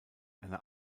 einer